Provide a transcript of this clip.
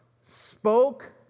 spoke